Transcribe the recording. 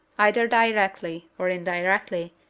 either directly or indirectly,